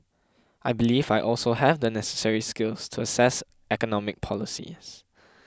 I believe I also have the necessary skills to assess economic policies